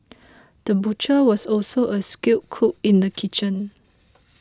the butcher was also a skilled cook in the kitchen